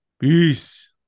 peace